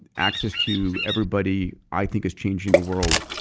access to everybody i think is changing the world.